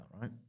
right